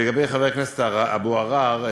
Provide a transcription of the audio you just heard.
לגבי חבר הכנסת אבו עראר,